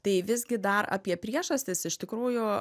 tai visgi dar apie priežastis iš tikrųjų